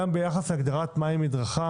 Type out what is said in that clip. גם ביחס להגדרת מהי מדרכה